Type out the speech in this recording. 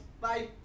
Bye